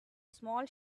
small